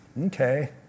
okay